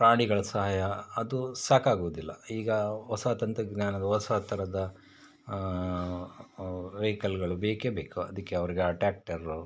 ಪ್ರಾಣಿಗಳ ಸಹಾಯ ಅದು ಸಾಕಾಗೋದಿಲ್ಲ ಈಗ ಹೊಸ ತಂತ್ರಜ್ಞಾನದ ಹೊಸ ತರಹದ ವೆಹಿಕಲ್ಗಳು ಬೇಕೇಬೇಕು ಅದಕ್ಕೆ ಅವ್ರಿಗೆ ಟ್ಯಾಕ್ಟರು